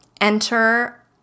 enter